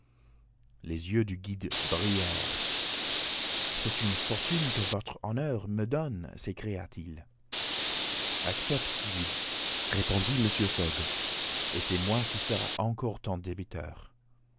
les yeux du guide brillèrent c'est une fortune que votre honneur me donne s'écria-t-il accepte guide répondit mr fogg et c'est moi qui serai encore ton débiteur